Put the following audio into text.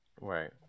Right